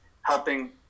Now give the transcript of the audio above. helping